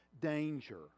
danger